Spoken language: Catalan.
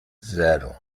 zero